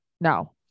No